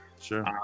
sure